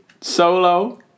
Solo